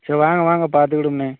சரி வாங்க வாங்க பார்த்துக் கொடும்ண்ணே